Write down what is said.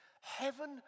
heaven